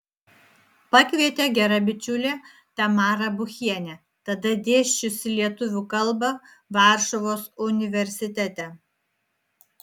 pakvietė gera bičiulė tamara buchienė tada dėsčiusi lietuvių kalbą varšuvos universitete